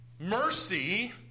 Mercy